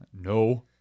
No